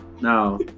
no